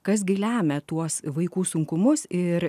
kas gi lemia tuos vaikų sunkumus ir